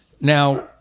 Now